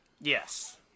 yes